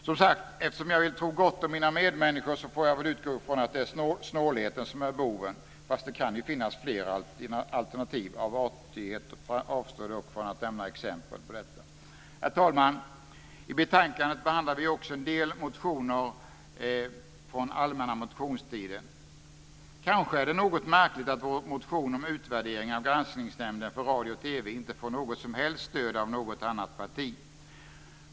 Som sagt, eftersom jag vill tro gott om mina medmänniskor så får jag väl utgå ifrån att det är snålheten som är boven, fast det kan ju finnas fler alternativ. Av artighet avstår jag dock från att nämna exempel på dessa. Herr talman! I betänkandet behandlar vi också en del motioner från allmänna motionstiden. Kanske är det något märkligt att vår motion om en utvärdering av Granskningsnämnden för radio och TV inte får något som helst stöd av något annat parti.